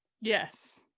Yes